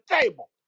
table